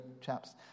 chaps